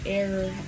error